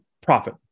Profit